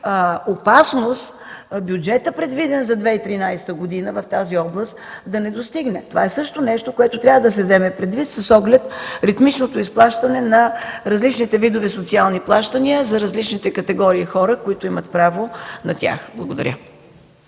опасност бюджетът, предвиден в тази област за 2013 г., да не достигне? Това е също нещо, което трябва да се вземе предвид с оглед ритмичното изплащане на различните видове социални плащания за различните категории хора, които имат право на тях. Благодаря.